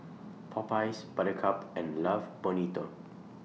Popeyes Buttercup and Love Bonito